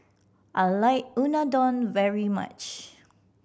I like Unadon very much